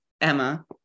emma